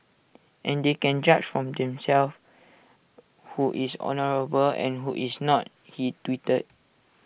and they can judge from themselves who is honourable and who is not he tweeted